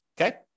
Okay